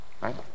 right